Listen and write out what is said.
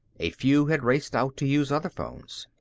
a few had raced out to use other phones.